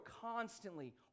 constantly